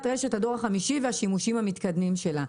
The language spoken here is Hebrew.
רשת הדור ה-5 והשימושים המתקדמים שלה.